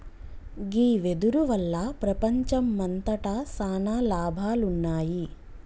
గీ వెదురు వల్ల ప్రపంచంమంతట సాన లాభాలున్నాయి